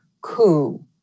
coup